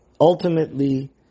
ultimately